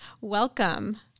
Welcome